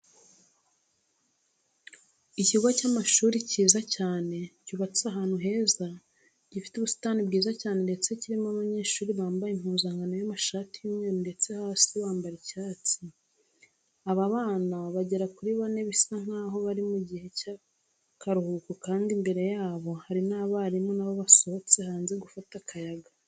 Ikigo cy'amashuri cyiza cyane cyubatse ahantu heza, gifite ubusitani bwiza cyane ndetse kirimo abanyeshuri bambaye impuzankano y'amashati y'umweru ndetse hasi bambara icyatsi. Aba banyeshuri bagera kuri bane bisa nkaho bari mu gihe cy'akaruhuko kandi imbere yabo hari n'abarimu na bo basohotse hanze gufata akayaga.